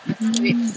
mm